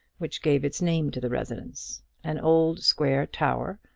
which gave its name to the residence an old square tower,